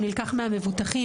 הוא נלקח מהמבוטחים,